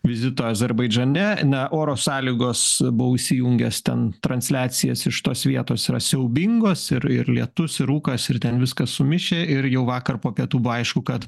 vizito azerbaidžane na oro sąlygos buvau įsijungęs ten transliacijas iš tos vietos yra siaubingos ir ir lietus ir rūkas ir ten viskas sumišę ir jau vakar po pietų buvo aišku kad